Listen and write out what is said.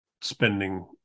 spending